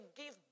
give